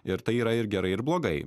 ir tai yra ir gerai ir blogai